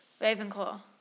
Ravenclaw